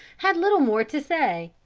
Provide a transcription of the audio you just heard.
had little more to say.